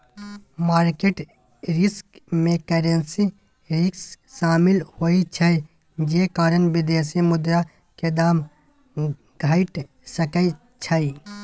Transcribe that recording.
market risk में currency risk शामिल होइ छइ जे कारण विदेशी मुद्रा के दाम घइट सकइ छइ